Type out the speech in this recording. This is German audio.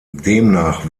demnach